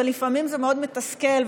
ולפעמים זה מאוד מתסכל,